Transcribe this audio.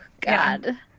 God